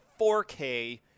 4K